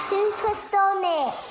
Supersonic